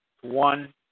one